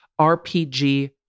RPG